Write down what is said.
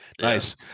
Nice